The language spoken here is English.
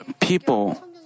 People